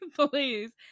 Please